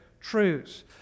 truths